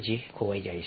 જે ખોવાઈ જાય છે